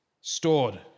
stored